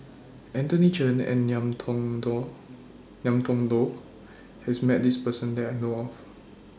Anthony Chen and Ngiam Tong Dow Ngiam Tong Dow has Met This Person that I know of